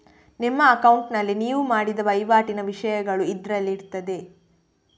ನಿಮ್ಮ ಅಕೌಂಟಿನಲ್ಲಿ ನೀವು ಮಾಡಿದ ವೈವಾಟಿನ ವಿಷಯಗಳು ಇದ್ರಲ್ಲಿ ಇರ್ತದೆ